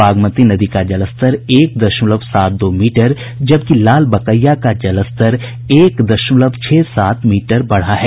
बागमती का जलस्तर एक दशमलव सात दो मीटर जबकि लालबकैया का जलस्तर एक दशमलव छह सात मीटर बढ़ा है